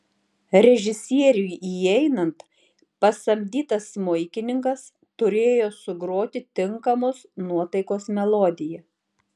režisieriui įeinant pasamdytas smuikininkas turėjo sugroti tinkamos nuotaikos melodiją